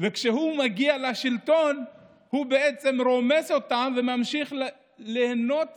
וכשהוא מגיע לשלטון הוא רומס אותם וממשיך ליהנות